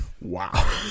Wow